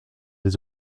des